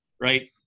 right